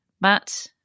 Matt